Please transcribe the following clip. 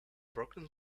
brooklyn